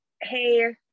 hey